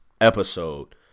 episode